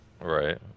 Right